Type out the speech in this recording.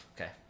Okay